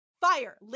Fire